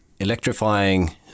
electrifying